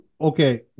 Okay